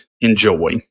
enjoy